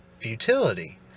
futility